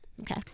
Okay